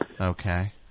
Okay